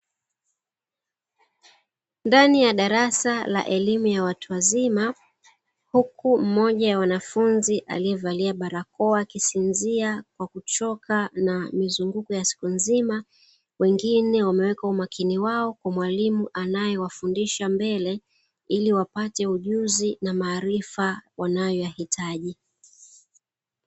Ndani ya darasa la elimu ya watu wazima, huku mmoja wa wanafunzi aliyevalia barakoa akisinzia kwa kuchoka na mizunguko ya siku nzima, wengine wameweka umakini wao kwa mwalimu anayewafundisha mbele, ili wapate ujuzi na maarifa wanayoyahitaji.